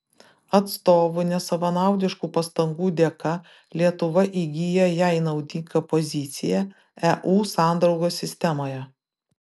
atstovų nesavanaudiškų pastangų dėka lietuva įgyja jai naudingą poziciją eu sandraugos sistemoje